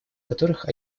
которых